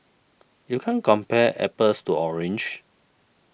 you can't compare apples to orange